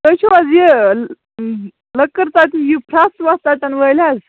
تُہۍ چھُو حظ یہِ لٔکٕر ژَٹہِ یہِ پھرٛٮ۪س وٮ۪س ژَٹَن وٲلۍ حظ